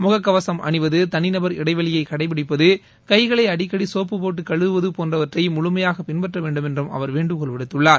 முகக்கவசம் அணிவது தனிநபர் இடைவெளியை கடைபிடிப்பது கைகளை அடிக்கடி சோப்பு போட்டுக் கழவுவது போன்றவற்றை முழமையாக பின்பற்ற வேண்டும் என்றும் அவர் வேண்டுகோள் விடுத்துள்ளார்